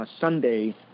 Sunday